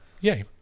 Yay